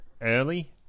early